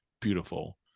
beautiful